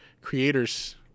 creators